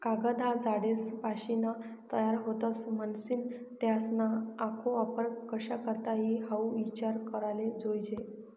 कागद ह्या झाडेसपाशीन तयार व्हतस, म्हनीसन त्यासना आखो वापर कशा करता ई हाऊ ईचार कराले जोयजे